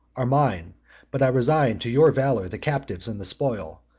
are mine but i resign to your valor the captives and the spoil,